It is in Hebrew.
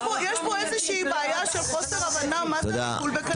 יש פה איזושהי בעיה של חוסר הבנה מה זה טיפול בקנביס.